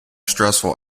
stressful